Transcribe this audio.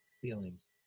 feelings